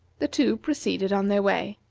the two proceeded on their way.